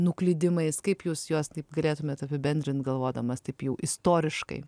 nuklydimais kaip jūs juos taip galėtumėt apibendrint galvodamas taip jau istoriškai